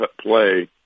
play